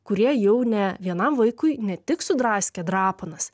kurie jau ne vienam vaikui ne tik sudraskė drapanas